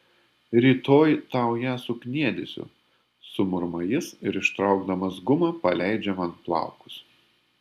rytoj tau ją sukniedysiu sumurma jis ir ištraukdamas gumą paleidžia man plaukus